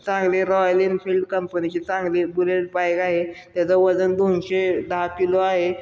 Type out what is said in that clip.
चांगले Royal Enfield कंपनीची चांगली बुलेट बाईक आहे त्याजं वजन दोनशे दहा किलो आहे